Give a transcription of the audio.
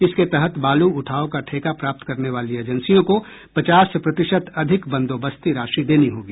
इसके तहत बालू उठाव का ठेका प्राप्त करने वाली एजेंसियों को पचास प्रतिशत अधिक बंदोबस्ती राशि देनी होगी